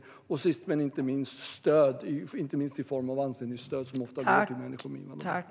Till sist handlar det om stöd, inte minst i form av anställningsstöd som ofta går till människor med invandrarbakgrund.